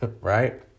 Right